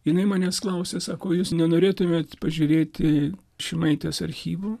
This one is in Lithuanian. jinai manęs klausia sako o jūs nenorėtumėt pažiūrėti šimaitės archyvų